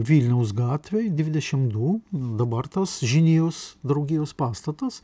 vilniaus gatvėj devyniasdešimt du dabar tas žinijos draugijos pastatas